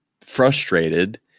frustrated